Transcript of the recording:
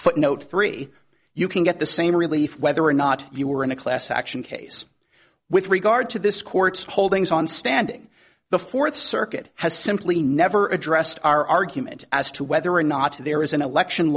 footnote three you can get the same relief whether or not you were in a class action case with regard to this court's holdings on standing the fourth circuit has simply never addressed our argument as to whether or not there is an election